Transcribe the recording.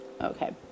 okay